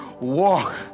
walk